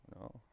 No